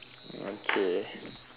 okay